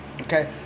Okay